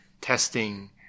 testing